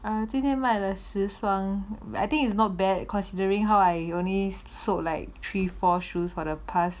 啊今天买的十双 I think is not bad considering how I only sold like three for shoes for the past